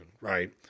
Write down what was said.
right